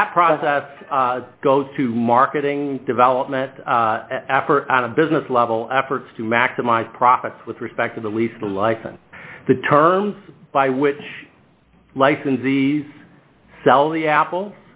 that process goes to marketing development effort on a business level efforts to maximize profits with respect to the least a license the terms by which licensees sell the apple